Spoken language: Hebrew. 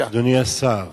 אדוני השר,